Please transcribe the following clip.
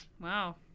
Wow